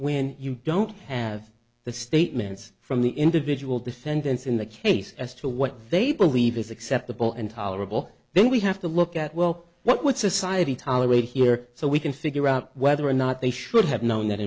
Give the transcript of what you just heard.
when you don't have the statements from the individual defendants in the case as to what they believe is acceptable and tolerable then we have to look at well what would society tolerate here so we can figure out whether or not they should have known that